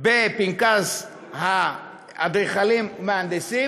בפנקס האדריכלים והמהנדסים,